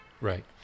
Right